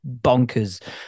bonkers